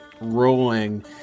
rolling